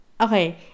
Okay